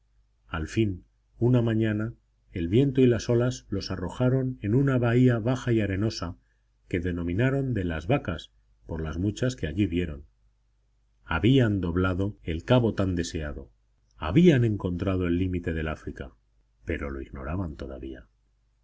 al fin una mañana el viento y las olas los arrojaron en una bahía baja y arenosa que denominaron de las vacas por las muchas que allí vieron habían doblado el cabo tan deseado habían encontrado el límite del áfrica pero lo ignoraban todavía